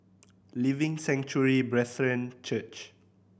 Living Sanctuary Brethren Church